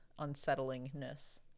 unsettlingness